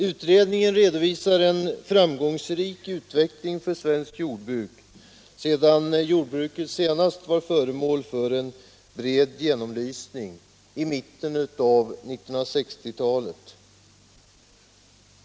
Utredningen redovisar en framgångsrik utveckling för svenskt jordbruk sedan jordbruket senast var föremål för en bred genomlysning, i mitten av 1960-talet.